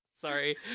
sorry